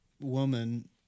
woman